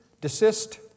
desist